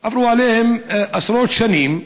עברו עליהם עשרות שנים,